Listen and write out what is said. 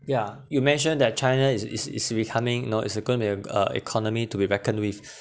ya you mentioned that china is is is becoming you know is going to be uh economy to be reckoned with